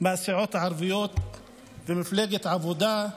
מהסיעות הערביות ומפלגת העבודה,